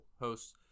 hosts